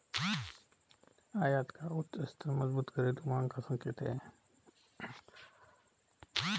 आयात का उच्च स्तर मजबूत घरेलू मांग का संकेत है